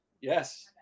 Yes